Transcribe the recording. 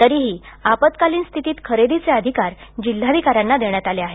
तरीही आपत्कालीन स्थितीत खरेदीचे अधिकार जिल्हाधिकाऱ्यांना देण्यात आले आहे